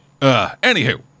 Anywho